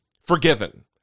forgiven